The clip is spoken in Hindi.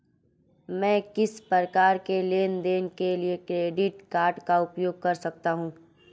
मैं किस प्रकार के लेनदेन के लिए क्रेडिट कार्ड का उपयोग कर सकता हूं?